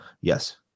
yes